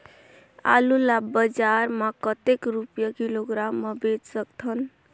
आलू ला बजार मां कतेक रुपिया किलोग्राम म बेच सकथन?